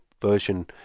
version